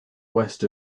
west